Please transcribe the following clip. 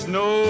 no